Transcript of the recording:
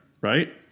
right